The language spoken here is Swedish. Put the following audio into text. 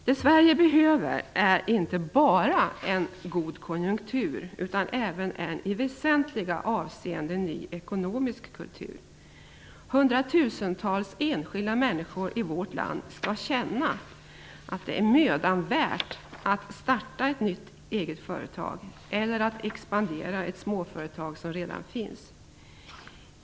Det Sverige behöver är inte bara en god konjunktur utan även en i väsentliga avseenden ny ekonomisk kultur. Hundratusentals enskilda människor i vårt land skall känna att det är mödan värt att starta ett nytt eget företag eller att expandera ett småföretag som redan finns.